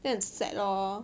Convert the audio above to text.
then 很 sad lor